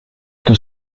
que